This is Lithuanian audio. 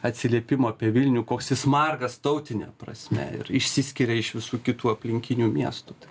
atsiliepimų apie vilnių koks jis margas tautine prasme ir išsiskiria iš visų kitų aplinkinių miestų tai